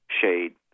shade